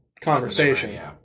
conversation